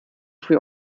früh